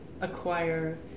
acquire